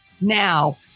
now